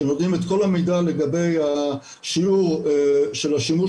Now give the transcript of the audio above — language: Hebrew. שהם נותנים את כל המידע לגבי השיעור של השימוש